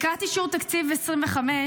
לקראת אישור תקציב 2025,